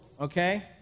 Okay